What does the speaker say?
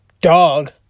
dog